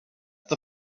the